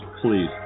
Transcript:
please